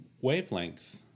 Wavelength